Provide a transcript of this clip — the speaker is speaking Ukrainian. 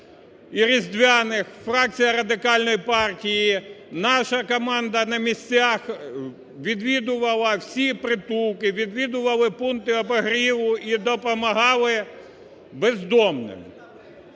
різдвяних фракція Радикальної партії, наша команда на місцях відвідувала всі притулки, відвідували пункті обігріву і допомагали бездомним.